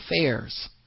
affairs